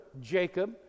Jacob